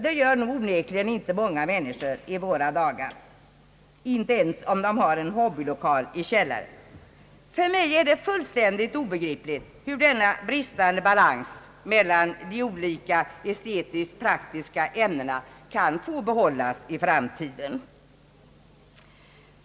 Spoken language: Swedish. Det är heller inte många människor i våra dagar som snickrar sina möbler, ens om de har en hobbylokal i källaren. För mig är det fullständigt obegripligt hur denna bristande balans mellan de olika = estetisk-praktiska ämnena kan få behållas i framtiden.